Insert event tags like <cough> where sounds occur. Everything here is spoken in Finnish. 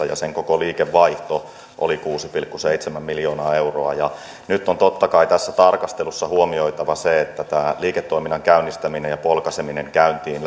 <unintelligible> ja sen koko liikevaihto oli kuusi pilkku seitsemän miljoonaa euroa nyt on totta kai tässä tarkastelussa huomioitava se että tämä liiketoiminnan käynnistäminen ja polkaiseminen käyntiin <unintelligible>